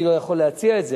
אני לא יכול להציע את זה,